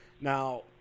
Now